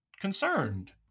concerned